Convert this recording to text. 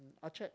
Orchard